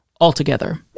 altogether